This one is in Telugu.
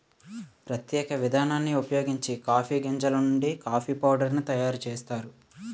ప్రత్యేక విధానాన్ని ఉపయోగించి కాఫీ గింజలు నుండి కాఫీ పౌడర్ ను తయారు చేస్తారు